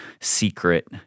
secret